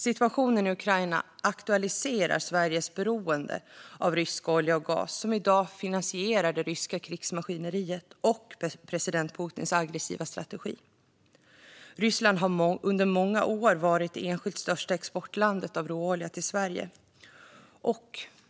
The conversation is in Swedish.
Situationen i Ukraina aktualiserar Sveriges beroende av rysk olja och gas, som i dag finansierar det ryska krigsmaskineriet och president Putins aggressiva strategi. Ryssland har under många år varit det enskilt största exportlandet av råolja till Sverige.